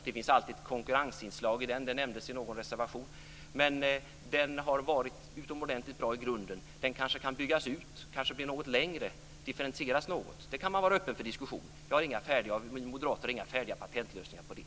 Det finns ett konkurrensinslag i den, som nämns i en reservation, men den har varit utomordentligt bra i grunden. Den kanske kan byggas ut, bli något längre eller differentieras - man ska vara öppen för en sådan diskussion. Vi moderater har inga färdiga patentlösningar på det.